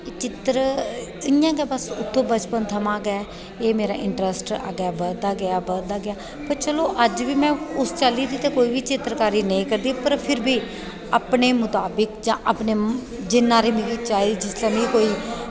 ते चित्तर इंया गै बस बचपन थमां गै एह् मेरा इंटरस्ट अग्गें बधदा गेआ बधदा गेआ ते अज्ज बी में उस चाल्ली दी चित्तरकारी नेईं करदी अपने मुताबिक जां जिन्ना हारी मिगी चाहिदी